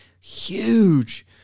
huge